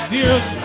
Zeros